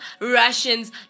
Russians